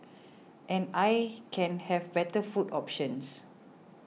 and I can have better food options